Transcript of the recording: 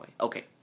Okay